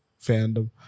fandom